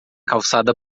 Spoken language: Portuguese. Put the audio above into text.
calçada